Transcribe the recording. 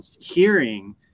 hearing